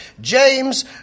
James